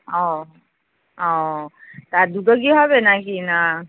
ও ও তা দুটো কি হবে নাকি না